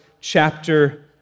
chapter